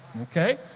Okay